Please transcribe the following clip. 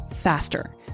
faster